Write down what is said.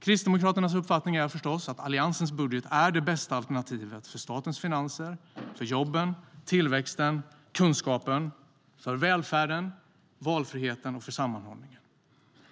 Kristdemokraternas uppfattning är förstås att Alliansens budget är det bästa alternativet för statens finanser, jobben, tillväxten, kunskapen, välfärden, valfriheten och sammanhållningen.